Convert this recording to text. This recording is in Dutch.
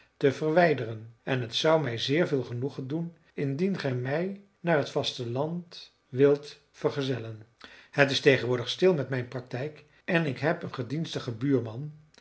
te verwijderen en het zou mij zeer veel genoegen doen indien gij mij naar het vasteland wildet vergezellen het is tegenwoordig stil met mijn praktijk en ik heb een gedienstigen buurman